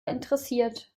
interessiert